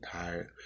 tired